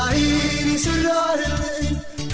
i mean